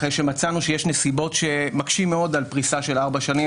אחרי שמצאנו שיש נסיבות שמקשות מאוד על פריסה של ארבע שנים,